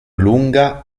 lunga